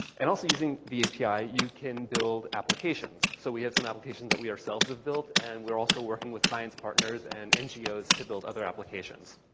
and also using using the api, you can build applications. so we have some applications that we ourselves have built, and we're also working with science partners and ngos to build other applications.